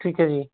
ਠੀਕ ਹੈ ਜੀ